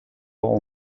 all